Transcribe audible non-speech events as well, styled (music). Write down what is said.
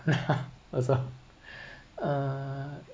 (laughs) also uh